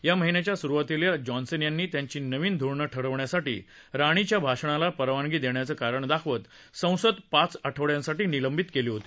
या महिन्याच्या सुरुवातीला जॉन्सन यांनी त्यांची नवीन धोरणं ठरवण्यासाठी राणीच्या आषणाला परवानगी देण्याचं कारण दाखवत संसद पाच आठवड्यांसाठी निलंबित केली होती